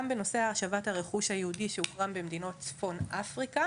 בנושא השבת הרכוש היהודי שהוחרם במדינות צפון אפריקה.